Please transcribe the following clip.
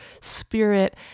spirit